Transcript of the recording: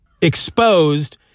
exposed